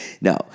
no